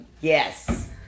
Yes